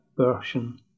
version